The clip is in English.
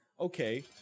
Okay